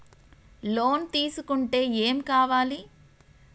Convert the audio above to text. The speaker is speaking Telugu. లోన్ తీసుకుంటే ఏం కావాలి?